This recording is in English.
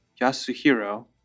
Yasuhiro